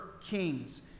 kings